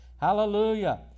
Hallelujah